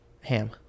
Ham